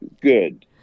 good